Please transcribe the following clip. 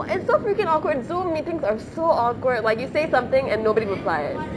it's so freaking awkward Zoom meetings are so awkward like you say something and nobody replies